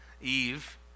Eve